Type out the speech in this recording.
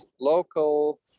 local